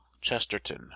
CHESTERTON